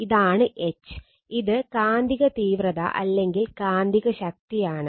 ഇതാണ് H ഇത് കാന്തിക തീവ്രത അല്ലെങ്കിൽ കാന്തികശക്തിയാണ്